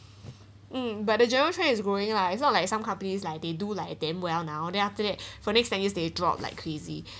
um but the general trend is growing lah it's not like some companies like they do like damn well now then after that for next ten years they drop like crazy